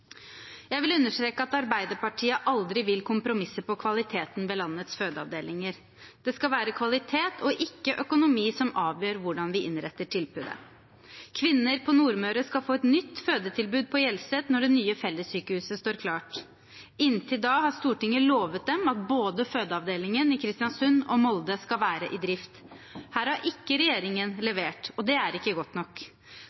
Jeg vil understreke at Arbeiderpartiet aldri vil kompromisse på kvaliteten ved landets fødeavdelinger. Det skal være kvalitet og ikke økonomi som avgjør hvordan vi innretter tilbudet. Kvinner på Nordmøre skal få et nytt fødetilbud på Hjelset når det nye fellessykehuset står klart. Inntil da har Stortinget lovet dem at fødeavdelingen i både Kristiansund og Molde skal være i drift. Her har ikke regjeringen